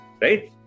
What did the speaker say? right